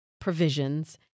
provisions